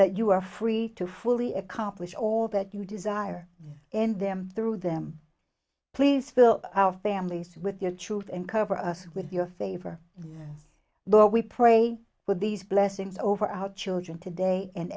that you are free to fully accomplish all that you desire in them through them please fill our families with your truth and cover us with your favor but we pray with these blessings over our children today and